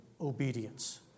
obedience